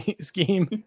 scheme